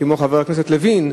כמו חבר הכנסת לוין,